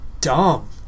dumb